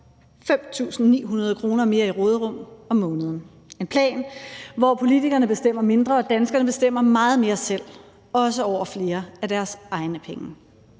5.900 kr. mere i råderum om måneden – en plan, hvor politikerne bestemmer mindre og danskerne bestemmer meget mere selv, også over flere af deres egne penge,